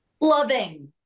Loving